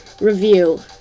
review